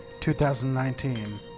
2019